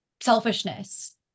selfishness